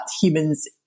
humans